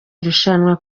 irushanwa